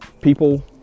people